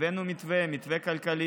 הבאנו מתווה כלכלי.